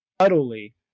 subtly